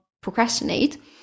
procrastinate